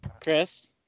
Chris